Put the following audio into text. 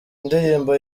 indirimbo